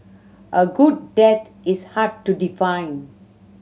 a good death is hard to define